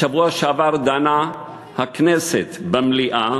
בשבוע שעבר דנה הכנסת, במליאה,